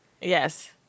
Yes